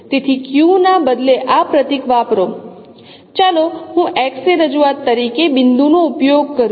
તેથી Q ના બદલે આ પ્રતીક વાપરો ચાલો હું X ની રજૂઆત તરીકે બિંદુનો ઉપયોગ કરું